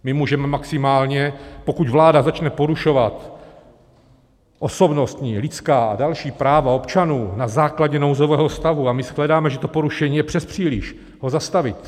My můžeme maximálně, pokud vláda začne porušovat osobnostní, lidská a další práva občanů na základě nouzového stavu a my shledáme, že to porušení je přespříliš, ho zastavit.